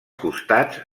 costats